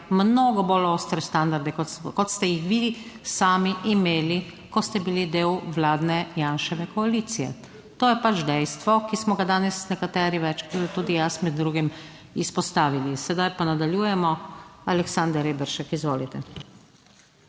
mnogo bolj ostre standarde kot ste jih vi sami imeli, ko ste bili del vladne Janševe koalicije. To je pač dejstvo, ki smo ga danes nekateri večkrat, tudi jaz med drugim, izpostavili. Sedaj pa nadaljujemo. Aleksander Reberšek, izvolite.